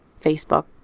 Facebook